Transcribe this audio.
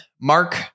Mark